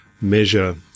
measure